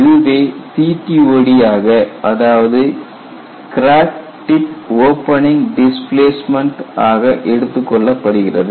இதுவே CTOD ஆக அதாவது கிராக் டிப் ஓபனிங் டிஸ்பிளேஸ்மெண்ட் ஆக எடுத்துக்கொள்ளப்படுகிறது